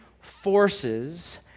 forces